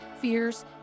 fears